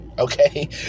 okay